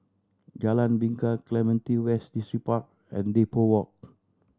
Jalan Bingka Clementi West Distripark and Depot Walk